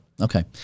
Okay